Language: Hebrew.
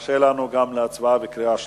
מרשה לנו הצבעה גם בקריאה שלישית.